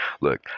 Look